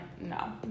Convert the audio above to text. no